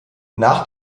nach